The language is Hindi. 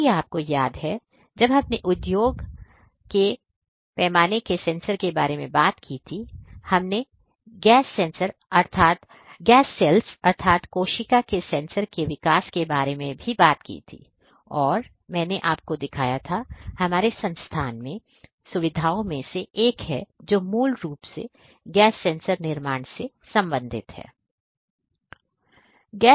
यदि आपको याद है जब हमने उद्योग के पैमाने के सेंसर के बारे में बात की थी हमने गैस सेल्स अर्थात कोशिका के सेंसर के विकास के बारे में भी बात की थी और मैंने आपको दिखाया था हमारे संस्थान में सुविधाओं में से एक है जो मूल रूप से गैस सेंसर निर्माण से संबंधित है